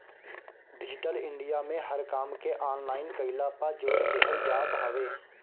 digital India में हर काम के ऑनलाइन कईला पअ जोर देहल जात हवे